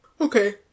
Okay